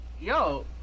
Yo